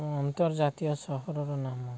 ଅନ୍ତର୍ଜାତୀୟ ସହରର ନାମ